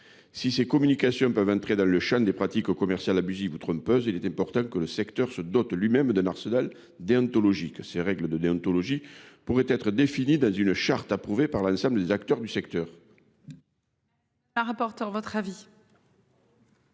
Si ces communications peuvent entrer dans le champ des pratiques commerciales abusives ou trompeuses, il est important que le secteur se dote lui-même d'un arsenal déontologique. Ces règles de déontologie pourraient être définies dans une charte approuvée par l'ensemble des acteurs du secteur. Quel est l'avis